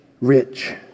rich